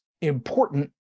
important